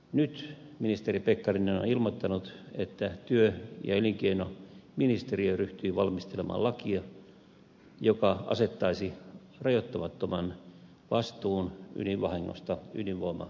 nyt ministeri pekkarinen on ilmoittanut että työ ja elinkeinoministeriö ryhtyy valmistelemaan lakia joka asettaisi rajoittamattoman vastuun ydinvahingosta ydinvoimayhtiölle